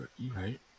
Right